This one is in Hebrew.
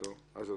ניצן,